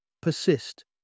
persist